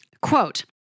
quote